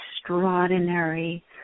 extraordinary